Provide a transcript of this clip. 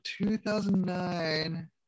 2009